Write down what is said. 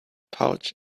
pouch